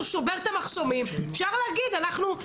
שובר מחסומים אפשר להגיד שאנחנו מגנים את האלימות הזאת.